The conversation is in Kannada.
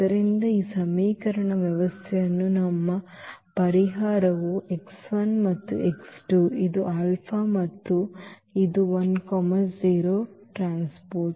ಆದ್ದರಿಂದ ಈ ಸಮೀಕರಣ ವ್ಯವಸ್ಥೆಯ ನಮ್ಮ ಪರಿಹಾರವು x 1 ಮತ್ತು x 2 ಇದು α ಮತ್ತು ಇದು 1 0T